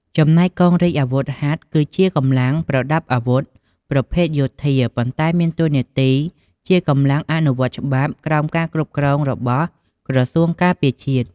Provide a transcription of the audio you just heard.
ចំណែកកងរាជអាវុធហត្ថ គឺជាកម្លាំងប្រដាប់អាវុធប្រភេទយោធា ប៉ុន្តែមានតួនាទីជាកងកម្លាំងអនុវត្តច្បាប់ក្រោមការគ្រប់គ្រងរបស់ក្រសួងការពារជាតិ។